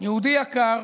יהודי יקר,